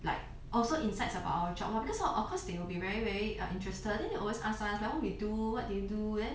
like also insights about our job lor because of course they will be very very err interested then they always ask us like what we do what do we do